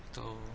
to